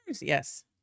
yes